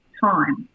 time